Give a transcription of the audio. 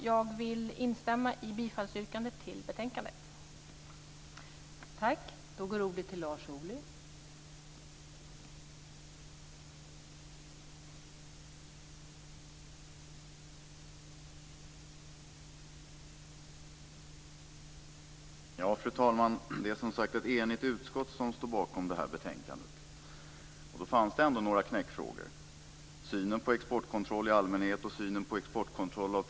Jag instämmer i bifallsyrkandet till utskottets hemställan i betänkandet.